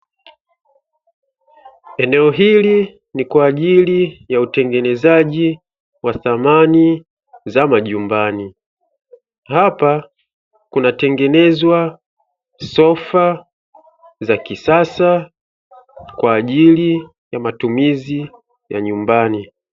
Eneo hili ni kwa ajili ya utengenezaji wa samani za majumbani. Hapa kunategenezwa sofa za kisasa kwa ajili ya matumizi ya nyumbani.